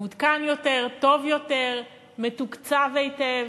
מעודכן יותר, טוב יותר, מתוקצב היטב.